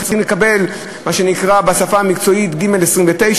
וצריכים לקבל מה שנקרא בשפה המקצועית 29ג,